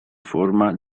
forma